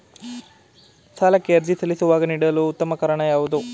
ಸಾಲಕ್ಕೆ ಅರ್ಜಿ ಸಲ್ಲಿಸುವಾಗ ನೀಡಲು ಉತ್ತಮ ಕಾರಣ ಯಾವುದು?